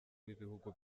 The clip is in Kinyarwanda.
w’ibihugu